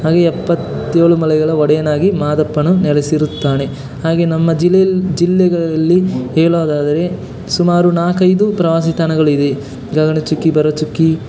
ಹಾಗೆ ಎಪ್ಪತ್ತೇಳು ಮಲೆಗಳ ಒಡೆಯನಾಗಿ ಮಾದಪ್ಪನು ನೆಲೆಸಿರುತ್ತಾನೆ ಹಾಗೇ ನಮ್ಮ ಜಿಲ್ಲೆಯಲ್ಲಿ ಜಿಲ್ಲೆಗಳಲ್ಲಿ ಹೇಳೋದಾದರೆ ಸುಮಾರು ನಾಲ್ಕೈದು ಪ್ರವಾಸಿ ತಾಣಗಳು ಇವೆ ಗಗನಚುಕ್ಕಿ ಭರಚುಕ್ಕಿ